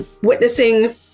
witnessing